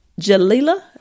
Jalila